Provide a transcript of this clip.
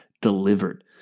delivered